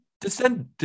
Descend